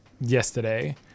yesterday